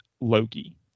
Loki